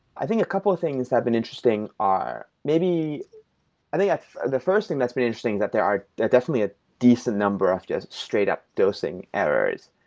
i think a couple of things that have been interesting are maybe i think the first thing that's been interesting is that there are definitely a decent number of just straight up dosing errors,